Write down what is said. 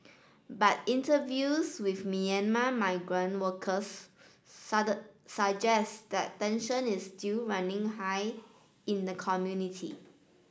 but interviews with Myanmar migrant workers suggest that tension is still running high in the community